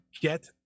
get